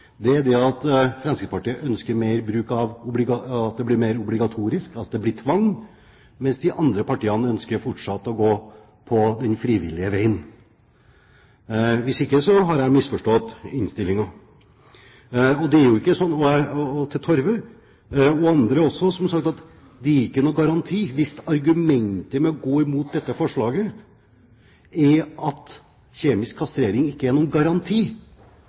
at det blir obligatorisk, at det blir tvang, mens de andre partiene fortsatt ønsker å gå den frivillige veien. Hvis ikke har jeg misforstått innstillingen. Til Torve og andre som har sagt at det ikke gir noen garanti, der argumentet mot dette forslaget er at kjemisk kastrering ikke er noen garanti: Nei, men da bør de også gå imot terapi, for der er det heller ingen garanti. Hvis argumentet er